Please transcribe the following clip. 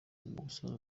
gusana